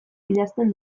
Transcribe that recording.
idazten